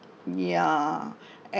ya and